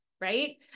right